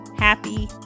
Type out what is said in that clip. Happy